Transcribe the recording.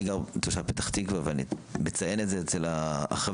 אני תושב פתח תקוה ואני מציין את זה אצל החברים,